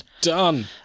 done